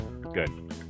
Good